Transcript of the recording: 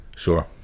Sure